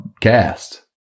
cast